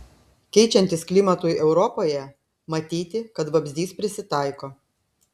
keičiantis klimatui europoje matyti kad vabzdys prisitaiko